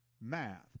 math